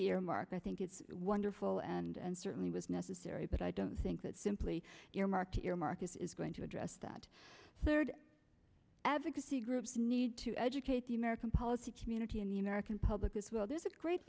earmark i think it's wonderful and certainly was necessary but i don't think that simply earmark earmark is going to address that third advocacy groups need to educate the american policy community and the american public as well there's a great